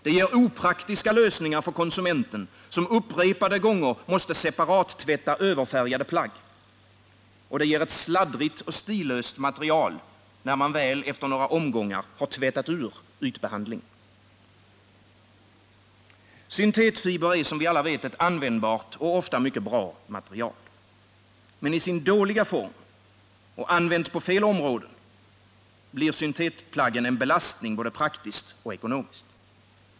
Det ger också opraktiska lösningar för konsumenten, som upprepade gånger måste separattvätta överfärgade plagg, och det ger ett sladdrigt och stillöst material, när man väl efter några omgångar tvättat ur ytbehandlingen. Syntetfiber är, som vi alla vet, ett användbart och ofta mycket bra material. Men i sin dåliga form och använda på fel områden blir syntetplaggen en belastning, både praktiskt och ekonomiskt.